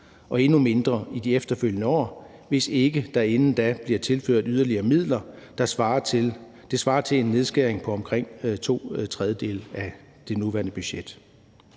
og endnu mindre i de efterfølgende år, hvis ikke der inden da bliver tilført yderligere midler. Det svarer til en nedskæring på omkring to tredjedele af det nuværende budget.